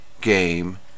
game